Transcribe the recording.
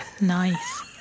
Nice